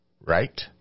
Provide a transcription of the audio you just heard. right